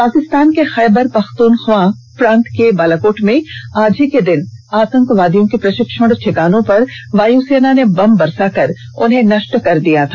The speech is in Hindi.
पाकिस्तान के खैबर पख्तूनख्वा प्रांत के बालाकोट में आज ही के दिन आतंकवादियों के प्रशिक्षण ठिकानों पर वायुसेना ने बम बरसाकर उन्हें नष्ट कर दिया था